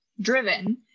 Driven